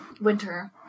winter